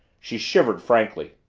she shivered frankly.